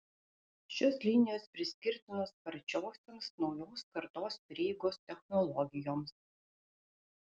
šios linijos priskirtinos sparčiosioms naujos kartos prieigos technologijoms